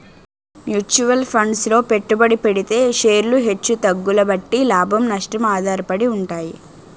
mutual funds లో పెట్టుబడి పెడితే షేర్లు హెచ్చు తగ్గుల బట్టి లాభం, నష్టం ఆధారపడి ఉంటాయి